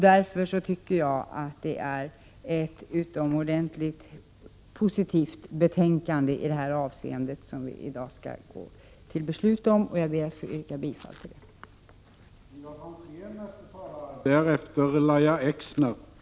Därför tycker jag att det i detta avseende är ett utomordentligt positivt betänkande som vi i dag skall gå till beslut om, och jag ber att få yrka bifall till utskottets hemställan.